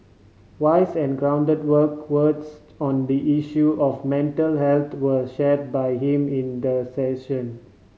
wise and grounded words on the issue of mental health were shared by him in the session